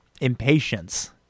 impatience